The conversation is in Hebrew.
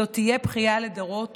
זו תהיה בכייה לדורות